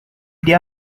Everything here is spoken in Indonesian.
dia